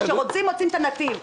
כשרוצים, מוצאים את הנתיב.